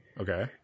Okay